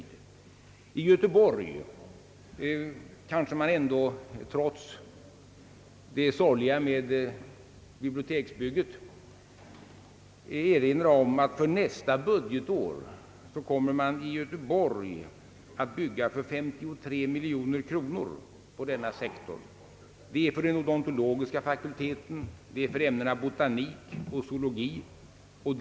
Då det gäller Göteborg skall man kanske trots det sorgliga med biblioteksbygget komma ihåg att det inom denna sektor under nästa budgetår kommer att byggas för 53 miljoner kronor — för odontologiska fakulteten, för ämnena botanik och zoologi samt för Chalmers.